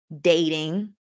dating